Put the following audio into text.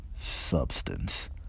substance